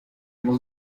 los